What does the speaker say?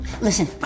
Listen